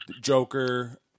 Joker